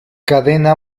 cadena